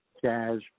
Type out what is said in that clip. Jazz